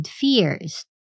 fears